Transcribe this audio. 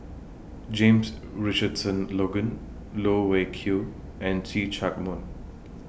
James Richardson Logan Loh Wai Kiew and See Chak Mun